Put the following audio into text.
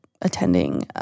attending